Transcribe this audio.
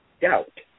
Doubt